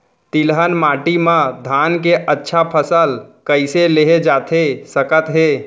तिलहन माटी मा धान के अच्छा फसल कइसे लेहे जाथे सकत हे?